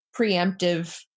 preemptive